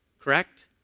correct